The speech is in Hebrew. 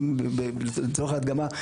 לצורך ההדגמה,